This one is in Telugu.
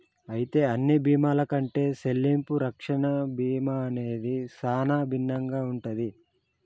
అయితే అన్ని బీమాల కంటే సెల్లింపు రక్షణ బీమా అనేది సానా భిన్నంగా ఉంటది